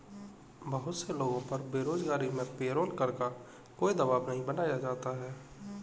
बहुत से लोगों पर बेरोजगारी में पेरोल कर का कोई दवाब नहीं बनाया जाता है